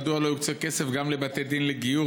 מדוע לא יוקצה גם לבתי דין לגיור,